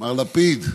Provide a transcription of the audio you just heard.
מר לפיד,